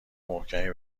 محکمی